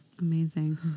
Amazing